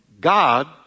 God